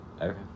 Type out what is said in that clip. Okay